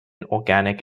organic